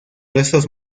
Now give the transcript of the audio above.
restos